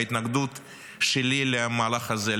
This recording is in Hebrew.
כי ההתנגדות שלי למהלך הזה,